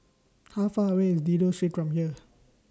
How Far away IS Dido Street from here